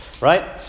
right